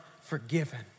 forgiven